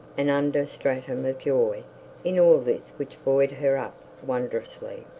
an under-stratum of joy in all this which buoyed her up wondrously.